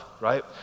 right